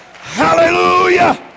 hallelujah